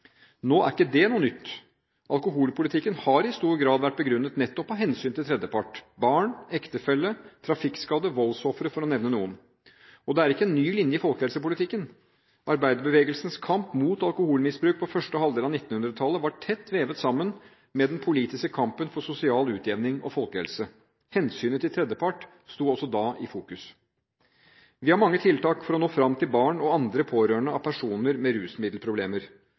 Nå er ikke det noe nytt. Alkoholpolitikken har i stor grad vært begrunnet nettopp i hensynet til tredjepart: barn, ektefelle, trafikkskadde, voldsofre – for å nevne noen. Og det er ikke en ny linje i folkehelsepolitikken. Arbeiderbevegelsens kamp mot alkoholmisbruk på første halvdel av 1900-tallet var tett vevet sammen med den politiske kampen for sosial utjevning og folkehelse. Hensynet til tredjepart sto også da i fokus. Vi har mange tiltak for å nå fram til barn og andre pårørende av personer med rusmiddelproblemer.